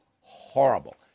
horrible